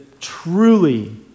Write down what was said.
truly